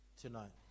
tonight